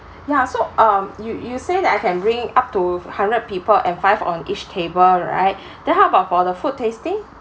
ya so um you you say that I can bring up to hundred people and five on each table right then how about for the food tasting